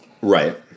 Right